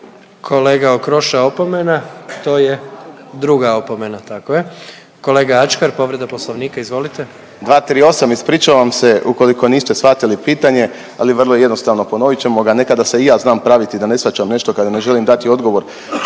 Kolega Okroša opomena, to je druga opomena, tako je. Kolega Ačkar povreda Poslovnika, izvolite. **Ačkar, Krešimir (HDZ)** 238., ispričavam se ukoliko niste shvatili pitanje, ali vrlo je jednostavno, ponovit ćemo ga, nekada se i ja znam praviti da ne shvaćam nešto kada ne želim dati odgovor.